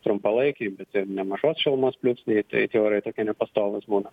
trumpalaikiai bet ir nemažos šilumos pliūpsniai tai tie orai tokie nepastovūs būna